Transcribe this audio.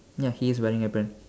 ya he's wearing apron